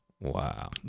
Wow